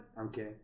Okay